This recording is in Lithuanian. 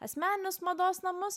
asmeninius mados namus